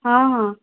ହଁ ହଁ